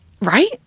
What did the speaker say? right